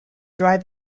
drive